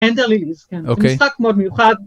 enter leagues, כן. אוקיי. משחק מאוד מיוחד.